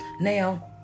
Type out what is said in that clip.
Now